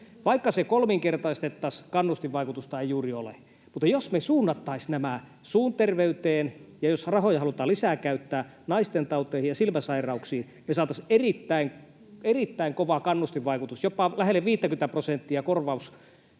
Vaikka se kolminkertaistettaisiin, kannustinvaikutusta ei juuri ole. Mutta jos me suunnattaisiin nämä suun terveyteen ja jos rahoja halutaan käyttää lisää, naistentauteihin ja silmäsairauksiin, niin saataisiin erittäin kova kannustinvaikutus, korvaus jopa lähelle 50:tä prosenttia.